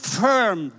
firm